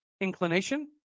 inclination